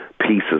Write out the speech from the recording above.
pieces